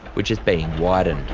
which is being widened.